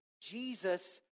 Jesus